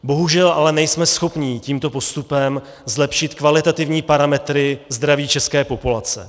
Bohužel ale nejsme schopni tímto postupem zlepšit kvalitativní parametry zdraví české populace.